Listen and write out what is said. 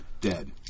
dead